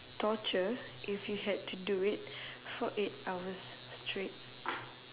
torture if you had to do it for eight hours straight